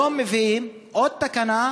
היום מביאים עוד תקנה,